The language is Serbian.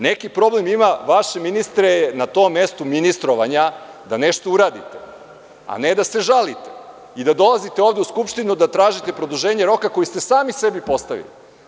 Neki problem ima, vaše, ministre, na tom mestu ministrovanja da nešto uradite, ne da se žalite i da dolazite ovde u Skupštinu da tražite produženje roka koji ste sami sebi postavili.